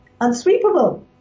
unsweepable